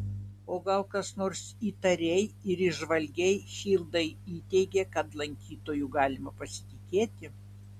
o gal kas nors įtariai ir įžvalgiai hildai įteigė kad lankytoju galima pasitikėti